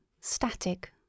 static